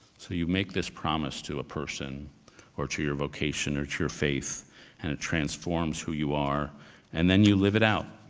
so, you make this promise to a person or to your vocation or to your faith and it transforms who you are and then you live it out.